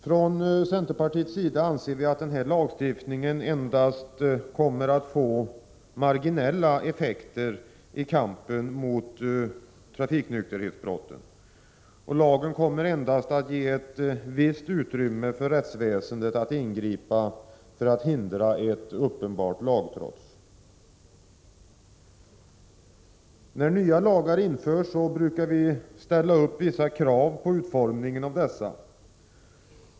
Från centerns sida anser vi att denna lagstiftning endast kommer att få marginella effekter i kampen mot trafiknykterhetsbrotten. Lagen kommer endast att ge ett visst utrymme för rättsväsendet att ingripa för att hindra uppenbart lagtrots. När nya lagar införs brukar vi ställa upp vissa krav på utformningen av dessa.